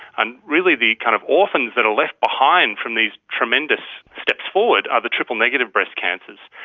and really the kind of orphans that are left behind from these tremendous steps forward are the triple-negative breast cancers.